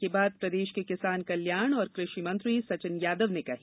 यह बात प्रदेश के किसान कल्याण और कृषि मंत्री सचिन यादव ने कही